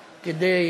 כדי,